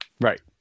Right